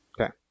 Okay